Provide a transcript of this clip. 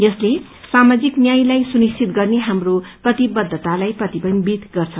यसले सामाजिक न्यायलाई सुनिश्चित गर्ने हाम्रो प्रतिबच्छतालाई प्रतिबिम्बित गर्छ